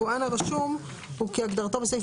אבל היא קבועה בסעיף